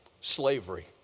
slavery